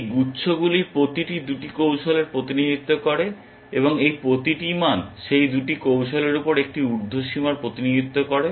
এই গুচ্ছগুলির প্রতিটি 2টি কৌশলের প্রতিনিধিত্ব করে এবং এই প্রতিটি মান সেই 2টি কৌশলের উপর একটি ঊর্ধ্ব সীমার প্রতিনিধিত্ব করে